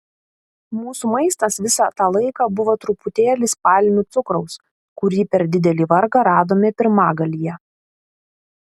mūsų maistas visą tą laiką buvo truputėlis palmių cukraus kurį per didelį vargą radome pirmagalyje